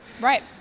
Right